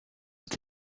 est